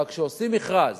אבל כשעושים מכרז